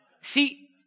See